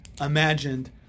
imagined